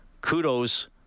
Kudos